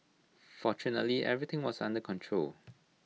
fortunately everything was under control